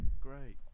great